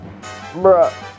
bruh